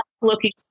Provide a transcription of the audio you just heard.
looking